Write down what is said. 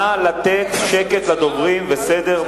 נא לתת שקט לדוברים וסדר במליאה.